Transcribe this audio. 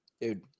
Dude